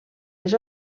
les